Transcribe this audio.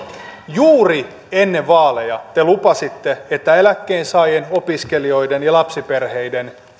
juuri ennen vaaleja te lupasitte että eläkkeensaajien opiskelijoiden ja lapsiperheiden